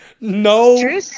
No